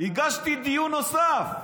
הגשתי דיון נוסף.